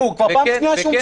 וכן,